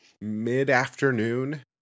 mid-afternoon